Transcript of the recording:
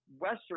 Western